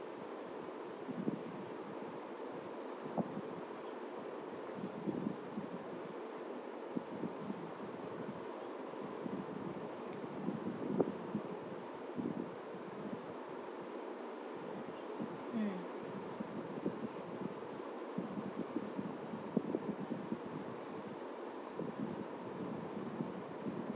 mm